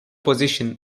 position